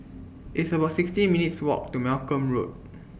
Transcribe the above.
It's about sixty minutes' Walk to Malcolm Road